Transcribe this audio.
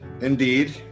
Indeed